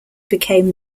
became